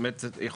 שהן באמת חשובות,